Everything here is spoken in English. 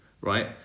right